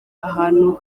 ahantu